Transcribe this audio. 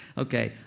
okay.